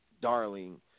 darling